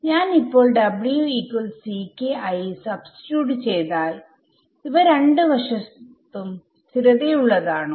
ഞാൻ ഇപ്പോൾ ആയി സബ്സ്റ്റിട്യൂട്ട് ചെയ്താൽ ഇവ രണ്ട് വശത്തും സ്ഥിരതയുള്ളതാണോ